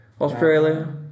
Australia